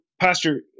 Pastor